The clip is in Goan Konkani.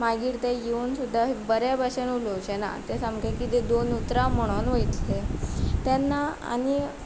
मागीर ते येवन सुद्दां बऱ्या बशेन उलोवचे ना ते सामके कितें दोन उतरां म्हणोन वयतले तेन्ना आनी